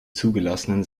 zugelassenen